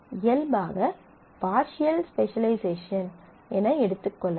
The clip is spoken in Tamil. இயல்பாக பார்சியல் ஸ்பெசலைசேஷன் என எடுத்துக்கொள்ளலாம்